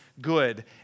good